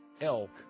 Elk